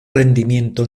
rendimiento